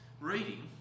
reading